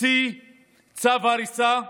להוציא צו הריסה מינהלי,